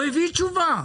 הוא הביא תשובה.